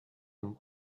amb